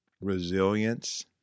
resilience